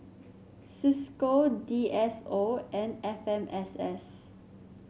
Cisco D S O and F M S S